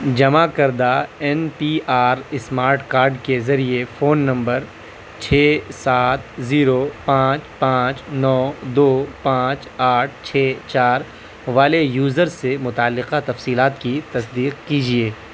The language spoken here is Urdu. جمع کردہ N P R smart card کے ذریعے فون نمبر چھ سات زیرو پانچ پانچ نو دو پانچ آٹھ چھ چار والے یوزر سے متعلقہ تفصیلات کی تصدیق کیجیے